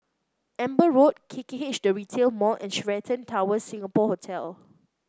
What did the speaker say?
Amber Road K K H The Retail Mall and Sheraton Towers Singapore Hotel